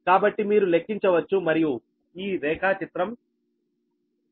కాబట్టి మీరు లెక్కించవచ్చు మరియు ఈ రేఖాచిత్రం చేసుకోవచ్చు